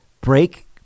break